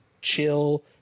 chill